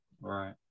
Right